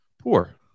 poor